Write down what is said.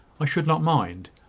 i should not mind.